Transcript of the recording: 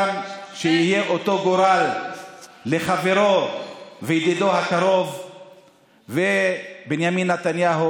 שיהיה אותו גורל לחברו וידידו הקרוב בנימין נתניהו,